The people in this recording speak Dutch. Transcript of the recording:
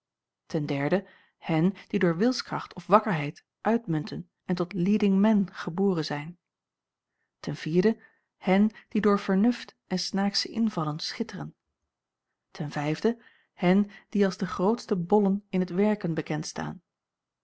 hen die door wilskracht of wakkerheid uitmunten en tot leadingmen geboren zijn o hen die door vernuft en snaaksche invallen schitteren en die als de grootste bollen in t werken bekend staan